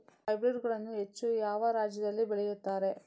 Hybrid ಗಳನ್ನು ಹೆಚ್ಚು ಯಾವ ರಾಜ್ಯದಲ್ಲಿ ಬೆಳೆಯುತ್ತಾರೆ?